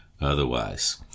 otherwise